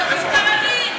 לא תיתני לי להשיב.